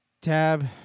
Tab